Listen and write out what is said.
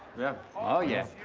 yeah oh yeah,